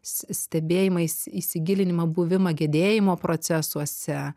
s stebėjimais įsigilinimą buvimą gedėjimo procesuose